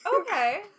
Okay